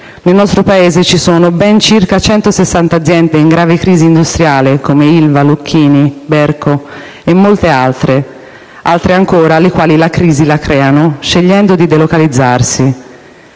Nel nostro Paese ci sono ben 160 aziende in grave crisi industriale, come Ilva, Lucchini, Berco e molte altre; vi sono poi altre aziende che la crisi la creano scegliendo di delocalizzarsi.